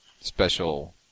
special